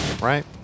right